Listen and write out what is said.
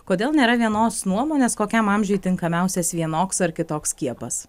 kodėl nėra vienos nuomonės kokiam amžiui tinkamiausias vienoks ar kitoks skiepas